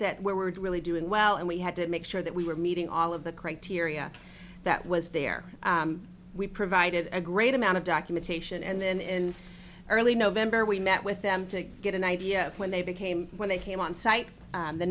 that we were really doing well and we had to make sure that we were meeting all of the criteria that was there we provided a great amount of documentation and then in early november we met with them to get an idea of when they became when they came on site